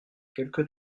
quelques